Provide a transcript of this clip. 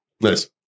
Nice